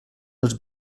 els